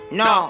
no